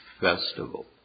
festival